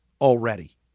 already